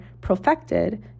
perfected